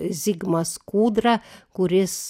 zigmas kūdra kuris